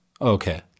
Okay